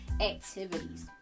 activities